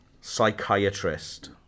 Psychiatrist